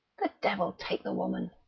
the devil take the woman!